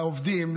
לעובדים,